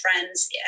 friends